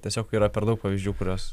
tiesiog yra per daug pavyzdžių kuriuos